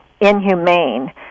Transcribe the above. inhumane